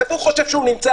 איפה הוא חושב שהוא נמצא?